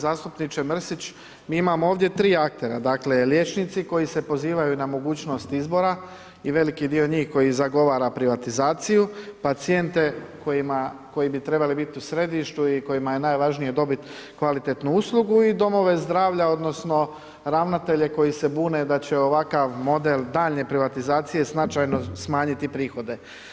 Uvaženi zastupniče Mrsić, mi imamo ovdje tri aktera, dakle liječnici koji se pozivaju na mogućnost izbora i veliki dio njih koji zagovara privatizaciju, pacijente koji bi trebali biti u središtu i kojima je najvažnije dobit kvalitetnu uslugu i domove zdravlja, odnosno ravnatelje koji se bune da će ovakav model daljnje privatizacije značajno smanjiti prihode.